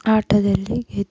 ಆಟದಲ್ಲಿ ಗೆದ್ದು